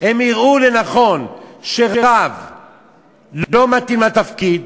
הם יראו שרב לא מתאים לתפקיד,